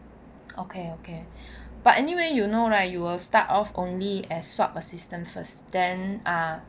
okay okay but anyway you know right you will start off only as swab assistant first then ah